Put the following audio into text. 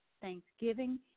Thanksgiving